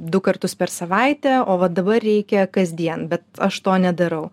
du kartus per savaitę o va dabar reikia kasdien bet aš to nedarau